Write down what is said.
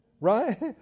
right